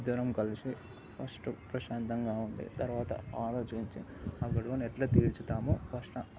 ఇద్దరం కలిసి ఫస్ట్ ప్రశాంతంగా ఉంది తరవాత ఆలోచించి ఆ గొడవని ఎట్లా తీర్చుతామో ఫస్ట్